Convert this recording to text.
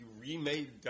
remade